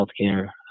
healthcare